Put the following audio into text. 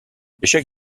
l’échec